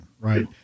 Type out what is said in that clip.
right